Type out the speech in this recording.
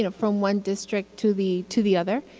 you know from one district to the to the other.